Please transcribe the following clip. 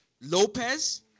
Lopez